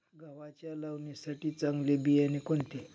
गव्हाच्या लावणीसाठी चांगले बियाणे कोणते?